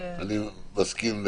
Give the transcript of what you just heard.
אני מסכים.